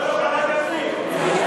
לוועדת הפנים.